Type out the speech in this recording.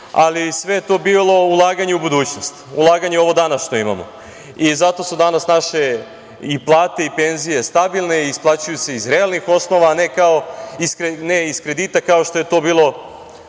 ali sve je to bilo ulaganje u budućnost, ulaganje u ovo danas što imamo. Zato su danas naše i plate i penzije stabilne, isplaćuju se iz realnih osnova, a ne iz kredita, kao što je to bilo